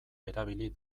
erabili